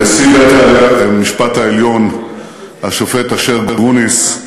נשיא בית-המשפט העליון השופט אשר גרוניס,